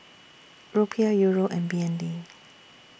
Rupiah Euro and B N D